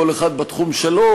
כל אחד בתחום שלו,